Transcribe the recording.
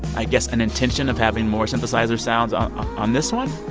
i guess an intention of having more synthesizer sounds on on this one?